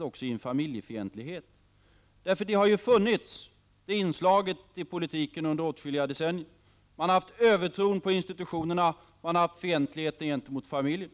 också vid en familjefientlighet. Det inslaget har ju funnits i politiken under åtskilliga decennier. Man har haft en övertro på institutionerna och en fientlighet gentemot familjen.